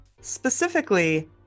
specifically